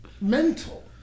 mental